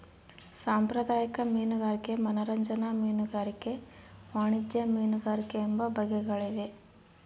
ಸಾಂಪ್ರದಾಯಿಕ ಮೀನುಗಾರಿಕೆ ಮನರಂಜನಾ ಮೀನುಗಾರಿಕೆ ವಾಣಿಜ್ಯ ಮೀನುಗಾರಿಕೆ ಎಂಬ ಬಗೆಗಳಿವೆ